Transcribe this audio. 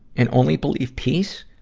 and only believe peace?